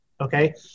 Okay